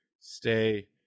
stay